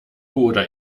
oder